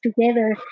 together